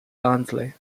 barnsley